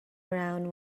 around